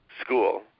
school